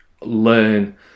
learn